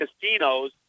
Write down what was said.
casinos